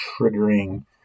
triggering